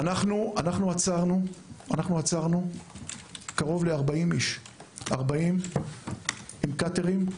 עצרנו קרוב ל-40 אנשים עם קאטרים,